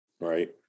right